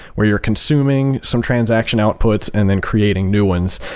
where you're consuming some transaction outputs and then creating new ones,